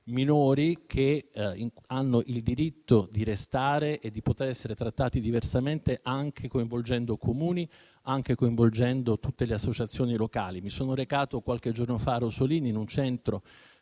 minori che hanno il diritto di restare e di poter essere trattati diversamente anche coinvolgendo i Comuni e tutte le associazioni locali. Mi sono recato qualche giorno fa a Rosolini, in un centro